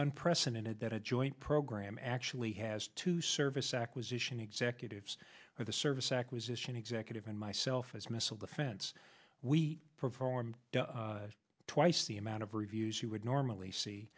unprecedented that a joy program actually has to service acquisition executives for the service acquisition executive and myself as missile defense we perform twice the amount of reviews you would normally see